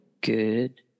Good